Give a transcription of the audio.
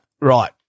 right